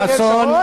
סוגיות בסיס,